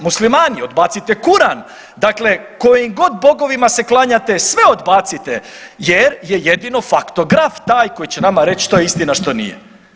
Muslimani odbacite Kuran, dakle kojim god bogovima se klanjate sve odbacite jer je jedino faktograf taj koji će nama reći što je istina, što nije.